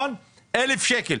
1,000 שקלים.